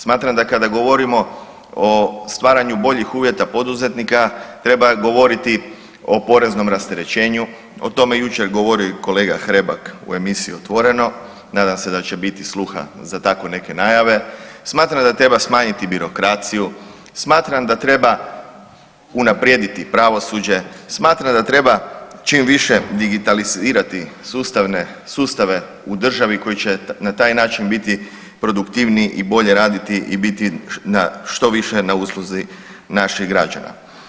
Smatram da kada govorimo o stvaranju boljih uvjeta poduzetnika, treba govoriti o poreznom rasterećenju, o tome je jučer govorio i kolega Hrebak u emisiji Otvoreno, nadam se da će biti sluha za tako neke najave, smatram da treba smanjiti birokraciju, smatram da treba unaprijediti pravosuđe, smatram da treba čim više digitalizirati sustave u državi koji će na taj način biti produktivniji i bolje raditi i biti na što više na usluzi naših građana.